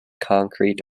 concrete